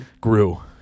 Grew